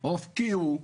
הפקיעו.